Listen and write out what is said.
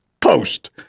post